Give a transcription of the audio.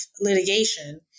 litigation